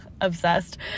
obsessed